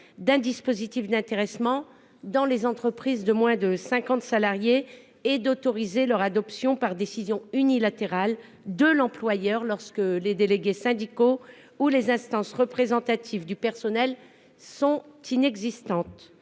d'un dispositif d'intéressement dans les entreprises de moins de cinquante salariés et d'autoriser leur adoption par décision unilatérale de l'employeur, lorsque les délégués syndicaux ou les instances représentatives du personnel sont inexistants,